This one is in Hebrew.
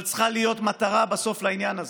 אבל צריכה להיות מטרה בסוף לעניין הזה,